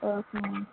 okay ma'am